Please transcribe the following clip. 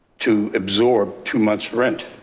to absorb two months rent,